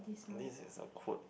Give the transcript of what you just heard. this is a quote